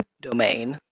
Domain